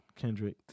Kendrick